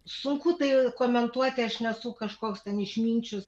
sunku tai komentuoti aš nesu kažkoks ten išminčius